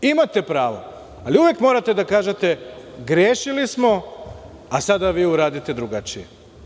Imate pravo, ali uvek morate da kažete – grešili smo, a sada vi uradite drugačije.